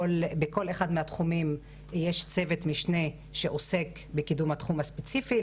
בכל אחד מהתחומים יש צוות משנה שעוסק בקידום התחום הספציפי,